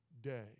day